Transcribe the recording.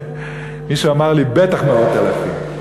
12,000. מישהו אמר לי: בטח מאות אלפים.